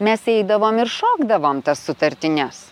mes eidavom ir šokdavom tas sutartines